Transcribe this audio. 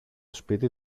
σπίτι